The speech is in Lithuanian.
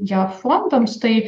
jo fondams tai